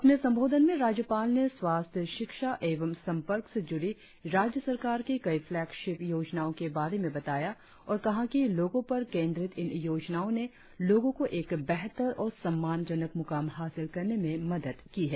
अपने संबोधन में राज्यपाल ने स्वास्थ्य शिक्षा एवं संपर्क से जुड़ी राज्य सरकार की कई फ्लैक्शीफ योजनाओ के बारे में बताया और कहा कि लोगो पर केंद्रित इन योजनाओ ने लोगो को एक बेहतर और सम्मानजनक मुकाम हासिल करने में मदद की है